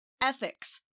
ethics